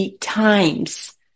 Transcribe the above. times